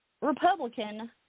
Republican